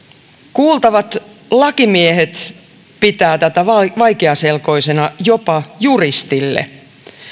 kuultavat lakimiehet pitävät tätä vaikeaselkoisena jopa juristille